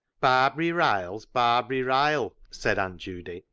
barbary ryle's barbary ryle, said aunt judy,